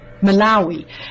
Malawi